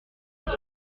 j’ai